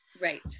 right